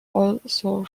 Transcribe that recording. also